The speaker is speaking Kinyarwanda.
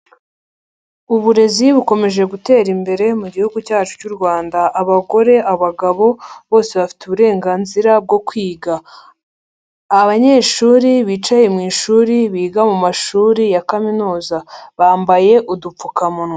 Uburezi bukomeje gutera imbere gihugu cyacu cy'u Rwanda, abagore, abagabo bose bafite uburenganzira bwo kwiga. Abanyeshuri bicaye mu ishuri biga mu mashuri ya kaminuza. Bambaye udupfukamunwa.